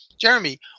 Jeremy